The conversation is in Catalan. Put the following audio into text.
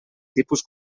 tipus